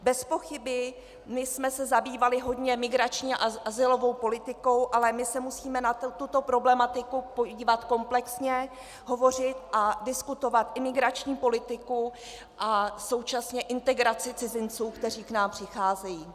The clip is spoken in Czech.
Bezpochyby jsme se zabývali hodně migrační a azylovou politikou, ale musíme se na tuto problematiku podívat komplexně, hovořit a diskutovat imigrační politikou a současně integraci cizinců, kteří k nám přicházejí.